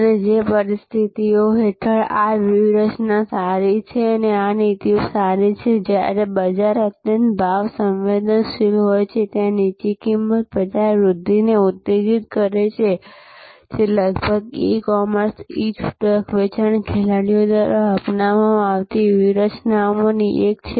અને જે પરિસ્થિતિઓ હેઠળ આ વ્યૂહરચના સારી છે આ નીતિઓ સારી છે જ્યારે બજાર અત્યંત ભાવ સંવેદનશીલ હોય છે અને ત્યાં નીચી કિંમત બજાર વૃદ્ધિને ઉત્તેજિત કરે છે જે લગભગ તમામ ઈ કોમર્સ ઈ છૂટક વેચાણ ખેલાડીઓ દ્વારા અપનાવવામાં આવતી વ્યૂહરચનાઓમાંની એક છે